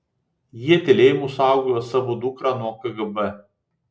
jie tylėjimu saugojo savo dukrą nuo kgb